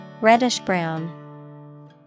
Reddish-brown